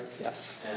Yes